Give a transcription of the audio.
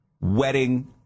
wedding